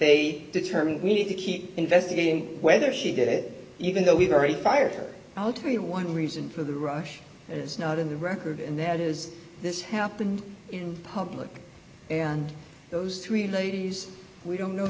they determined we need to keep investigating whether she did it even though we very fire i'll tell you one reason for the rush that is not in the record and that is this happened in public and those three ladies we don't know